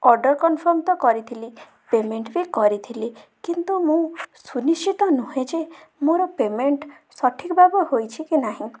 order confirm ତ କରିଥିଲି payment ବି କରିଥିଲି କିନ୍ତୁ ମୁଁ ସୁନିଶ୍ଚିତ ନୁହେଁ ଯେ ମୋର ପେମେଣ୍ଟ୍ ସଠିକ ଭାବେ ହୋଇଛି କି ନାହିଁ